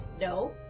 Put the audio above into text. No